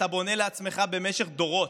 שאתה בונה לעצמך במשך דורות,